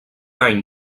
any